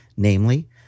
Namely